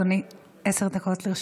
בבקשה, אדוני, עשר דקות לרשותך.